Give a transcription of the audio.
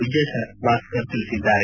ವಿಜಯಭಾಸ್ಕರ್ ಹೇಳಿದ್ದಾರೆ